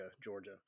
Georgia